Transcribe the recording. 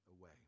away